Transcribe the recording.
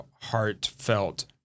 heartfelt